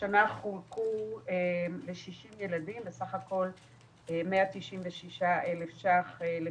השנה חולקו ל-60 ילדים בסך הכול 196,000 שקלים.